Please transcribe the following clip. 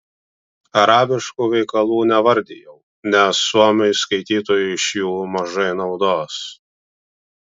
arabiškų veikalų nevardijau nes suomiui skaitytojui iš jų mažai naudos